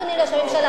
אדוני ראש הממשלה.